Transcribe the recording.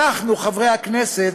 אנחנו, חברי הכנסת,